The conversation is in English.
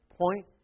point